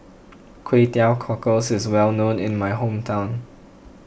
Kway Teow Cockles is well known in my hometown